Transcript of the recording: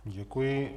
Děkuji.